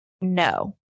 no